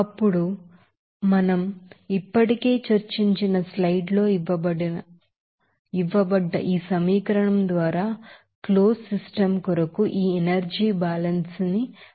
అప్పుడు మనం ఇప్పటికే చర్చించిన స్లైడ్ లలో ఇవ్వబడ్డ ఈ సమీకరణం ద్వారా క్లోజ్డ్ సిస్టమ్ కొరకు ఈ ఎనర్జీ బ్యాలెన్స్ ని వ్యక్తీకరించవచ్చు